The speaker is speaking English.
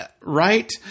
Right